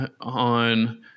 on